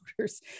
voters